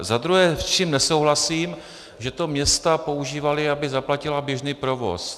Za druhé, s čím nesouhlasím, že to města používala, aby zaplatila běžný provoz.